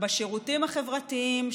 בשירותים החברתיים,